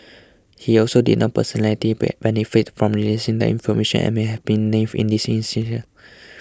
he also did not personally benefit from releasing the information and may have been naive in this